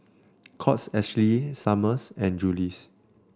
Courts Ashley Summers and Julie's